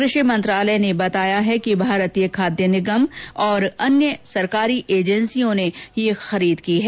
कृषि मंत्रालय ने बताया है कि भारतीय खाद्य निगम और अन्य सरकारी एजेंसियों ने ये खरीद की है